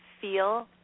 feel